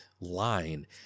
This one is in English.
line